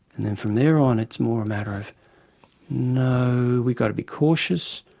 and then from there on, it's more a matter of no, we've got to be cautious,